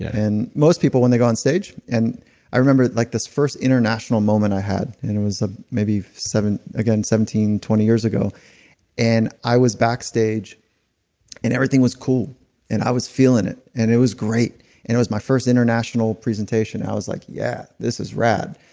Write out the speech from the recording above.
and most people when they go on stage and i remember like this first international moment i had. and it was ah again seventeen, twenty years ago and i was backstage and everything was cool and i was feeling it. and it was great and it was my first international presentation. i was like, yeah, this is rad.